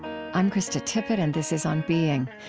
i'm krista tippett and this is on being.